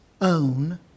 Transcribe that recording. own